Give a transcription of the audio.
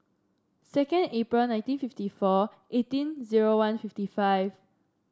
second April nineteen fifty four eighteen zero one fifty five